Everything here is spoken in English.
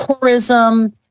tourism